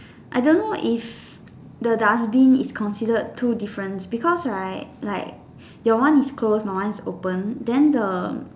I don't know if the dustbin is considered two difference because right like your one is closed my one is open than the